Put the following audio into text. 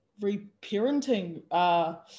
reparenting